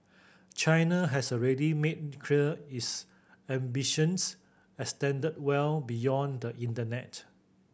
China has already made clear its ambitions extend well beyond the internet